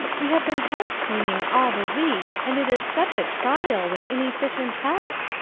we have been house-cleaning all the week, and it is such a trial, with inefficient help.